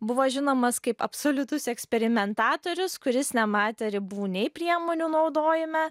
buvo žinomas kaip absoliutus eksperimentatorius kuris nematė ribų nei priemonių naudojime